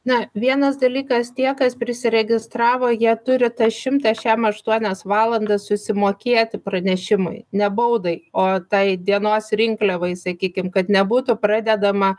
na vienas dalykas tie kas prisiregistravo jie turi tą šimtą šiam aštuonias valandas susimokėti pranešimui ne baudai o tai dienos rinkliavai sakykim kad nebūtų pradedama